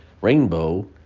rainbow